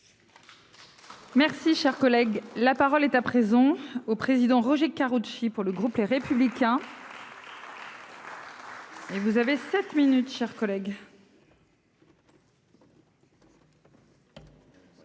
Merci, cher collègue, la parole est à présent au président Roger Karoutchi pour le groupe Les Républicains. Et vous avez minutes chers collègues.